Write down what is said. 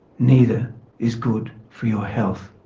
neither is good for your health.